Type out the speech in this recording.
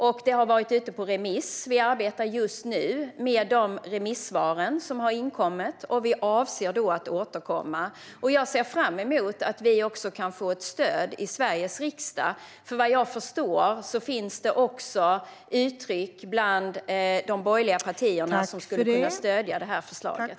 Förslaget har varit ute på remiss, och vi arbetar just nu med de remissvar som har inkommit och avser att återkomma. Jag ser fram emot att vi kan få stöd för förslaget i Sveriges riksdag, för vad jag förstår finns det också borgerliga partier som skulle kunna stödja det.